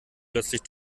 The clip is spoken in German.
plötzlich